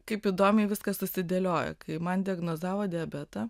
kaip įdomiai viskas susidėliojo kai man diagnozavo diabetą